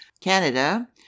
Canada